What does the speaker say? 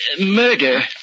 Murder